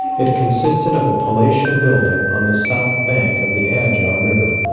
it consisted of a palatial building on the south bank of the adyar river.